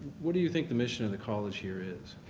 what do you think the mission of the college here is?